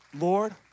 Lord